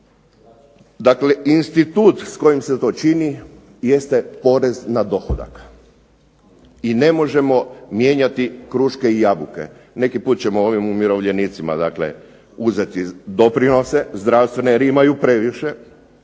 Dakle, institut s kojim se to čini jeste porez na dohodak i ne možemo mijenjati kruške i jabuke. Neki put ćemo ovim umirovljenicima, dakle uzeti doprinose zdravstvene jer imaju previše